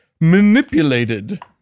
manipulated